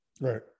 Right